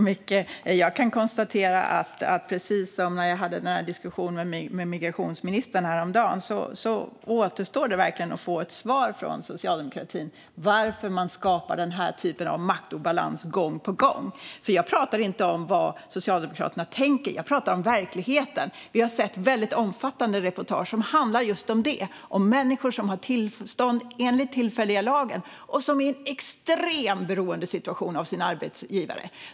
Fru talman! Precis som när jag hade den här diskussionen med migrationsministern häromdagen kan jag konstatera att det verkligen återstår att få ett svar från socialdemokratin på varför man gång på gång skapar den här typen av maktobalans. Jag pratar inte om vad Socialdemokraterna tänker, utan jag pratar om verkligheten. Vi har sett väldigt omfattande reportage som handlar om just detta - om människor som har tillstånd enligt den tillfälliga lagen och som är i en extrem beroendesituation gentemot sina arbetsgivare.